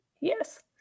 Yes